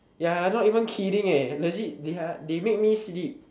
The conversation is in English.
ya I not even kidding eh legit they make me sleep